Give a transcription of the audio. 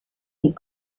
des